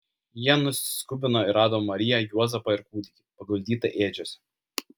jie nusiskubino ir rado mariją juozapą ir kūdikį paguldytą ėdžiose